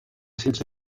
sense